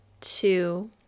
two